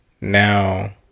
now